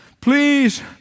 Please